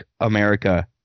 America